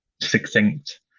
succinct